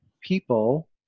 people